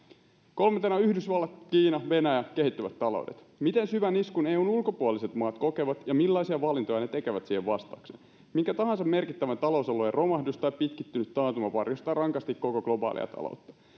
kolmantena yhdysvallat kiina venäjä kehittyvät taloudet miten syvän iskun eun ulkopuoliset maat kokevat ja millaisia valintoja ne tekevät siihen vastatakseen minkä tahansa merkittävän talousalueen romahdus tai pitkittynyt taantuma varjostaa rankasti koko globaalia taloutta